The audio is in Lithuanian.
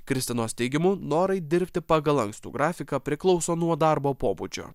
kristinos teigimu norai dirbti pagal lankstų grafiką priklauso nuo darbo pobūdžio